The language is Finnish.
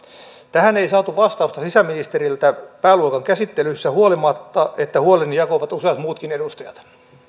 tähän ei saatu vastausta sisäministeriltä pääluokan käsittelyssä huolimatta siitä että huoleni jakoivat useat muutkin edustajat